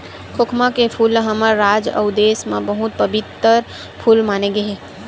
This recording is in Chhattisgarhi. खोखमा के फूल ल हमर राज अउ देस म बहुत पबित्तर फूल माने गे हे